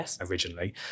originally